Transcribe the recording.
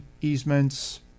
easements